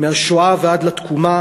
מהשואה ועד לתקומה,